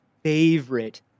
favorite